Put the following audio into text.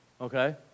okay